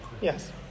Yes